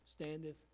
standeth